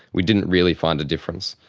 we didn't really find a difference.